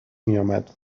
میامد